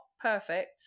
perfect